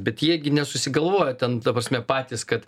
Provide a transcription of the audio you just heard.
bet jie gi nesusigalvoja ten ta prasme patys kad